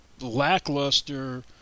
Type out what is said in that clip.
lackluster